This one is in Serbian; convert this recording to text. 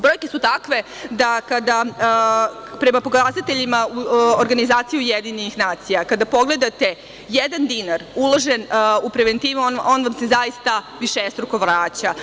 Brojke su takve da kada prema pokazateljima Organizacija Ujedinjenih nacija, kada pogledate jedan dinar uložen u preventivu, on vam se zaista višestruko vraća.